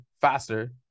faster